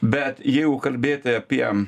bet jeigu kalbėti apie